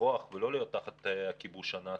לברוח ולא להיות תחת הכיבוש הנאצי,